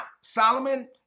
Solomon